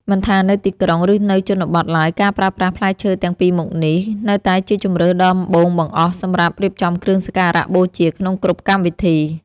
មិនថានៅទីក្រុង ឬនៅជនបទឡើយការប្រើប្រាស់ផ្លែឈើទាំងពីរមុខនេះ នៅតែជាជម្រើសដំបូងបង្អស់សម្រាប់រៀបចំគ្រឿងសក្ការបូជាក្នុងគ្រប់កម្មវិធី។